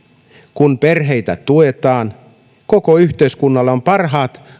kun perheitä tuetaan koko yhteiskunnalla on parhaat